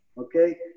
okay